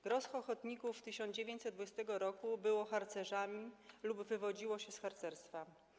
Gros ochotników 1920 r. było harcerzami lub wywodziło się z harcerstwa.